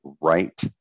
right